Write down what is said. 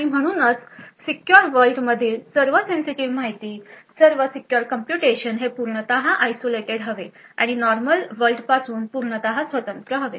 आणि म्हणूनच secure world मधील सर्व सेन्सिटिव्ह माहिती आणि सीक्युर कंप्यूटेशन हे पूर्णतः आयसोलेटेड हवे आणि नॉर्मल वर्ल्ड पासून पूर्णतः स्वतंत्र हवे